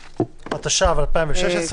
התשע"ו-2016,